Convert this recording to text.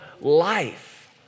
life